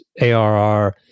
ARR